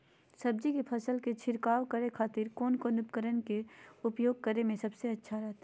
सब्जी के फसल में छिड़काव करे के खातिर कौन उपकरण के उपयोग करें में सबसे अच्छा रहतय?